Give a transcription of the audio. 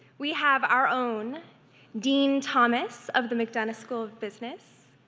we have our own dean thomas of the mcdonough school of business,